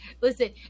Listen